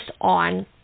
on